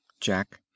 jack